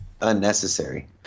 unnecessary